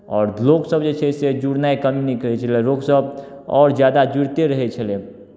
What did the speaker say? आओर लोकसभ जे छै से जुड़नाइ कम नहि करै छलै लोक सभ आओर ज्यादा जुड़िते रहै छलै